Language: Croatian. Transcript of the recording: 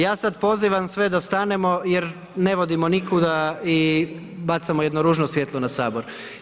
Ja sada pozivam da stanemo jer ne vodimo nikuda i bacamo jedno ružno svjetlo na Sabor.